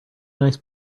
nice